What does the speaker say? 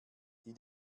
die